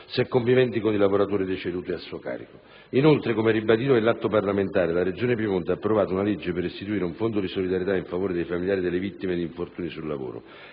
se conviventi con il lavoratore deceduto e a suo carico. Inoltre, come ribadito nell'atto parlamentare, la Regione Piemonte ha approvato una legge per istituire un fondo di solidarietà in favore dei familiari delle vittime di infortuni sul lavoro.